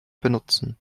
benutzen